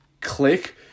click